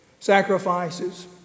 Sacrifices